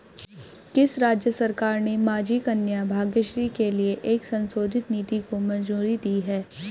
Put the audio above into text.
किस राज्य सरकार ने माझी कन्या भाग्यश्री के लिए एक संशोधित नीति को मंजूरी दी है?